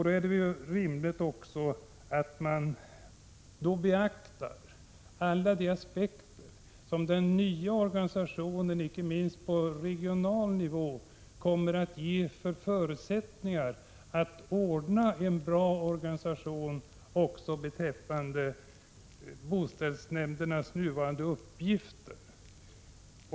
Det är då rimligt att beakta alla aspekter i samband med den nya organisationen, icke minst på regional nivå, och vilka förutsättningar det finns att ordna en bra organisation beträffande boställsnämndernas nuvarande uppgifter.